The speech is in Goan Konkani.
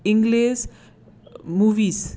English movies